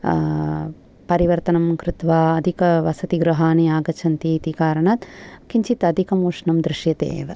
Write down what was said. परिवर्तनं कृत्वा अधिकवसति गृहाणि आगच्छन्ति इति कारणात् किञ्चित् अधिकम् उष्णं दृश्यते एव